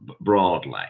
broadly